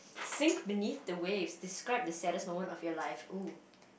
sink beneath the waves describe the saddest moment of your life oh